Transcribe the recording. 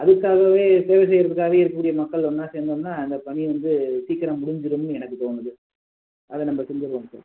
அதுக்காகவே சேவை செய்கிறதுக்காகவே இருக்கக்கூடிய மக்கள் ஒன்றா சேர்ந்தோம்னால் இந்த பணி வந்து சீக்கிரம் முடிஞ்சிடும்னு எனக்குத் தோணுது அதை நம்ம செஞ்சிடுவோம் சார்